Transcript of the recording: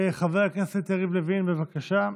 חבר הכנסת יריב לוין, בבקשה.